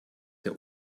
der